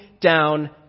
down